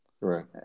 Right